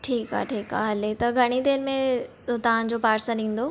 ठीक आहे ठीक आहे हले त घणी देर में तव्हां जो पार्सलु ईंदो